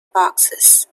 boxes